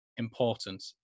important